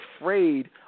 afraid